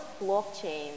blockchain